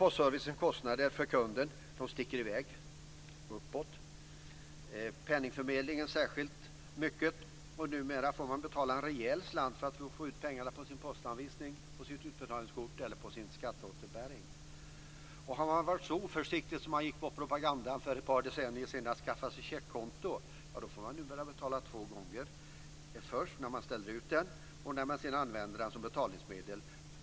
Postservicens kostnader för kunden ökar, och det gäller särskilt kostnaderna för penningförmedlingen. Numera får man betala en rejäl slant för att få ut pengar på en postanvisning, utbetalningskort eller för att få ut sin skatteåterbäring. Har man varit så oförsiktig att man gick på propagandan för ett par decennier sedan och skaffade sig checkkonto får man numera betala två gånger, först när man ställer ut checken och sedan när man använder den som betalningsmedel.